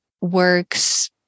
works